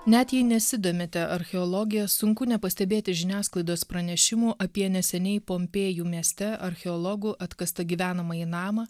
net jei nesidomite archeologija sunku nepastebėti žiniasklaidos pranešimų apie neseniai pompėjų mieste archeologų atkastą gyvenamąjį namą